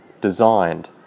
designed